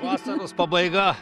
vasaros pabaiga